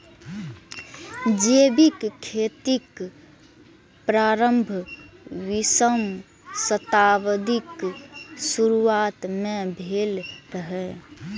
जैविक खेतीक प्रारंभ बीसम शताब्दीक शुरुआत मे भेल रहै